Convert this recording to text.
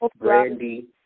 Brandy